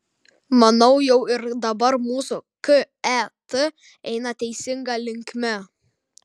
manau jau ir dabar mūsų ket eina teisinga linkme